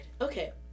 Okay